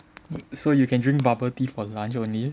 so you can drink bubble tea for lunch only